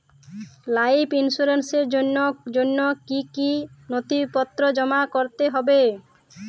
Life ইন্সুরেন্সর জন্য জন্য কি কি নথিপত্র জমা করতে হবে?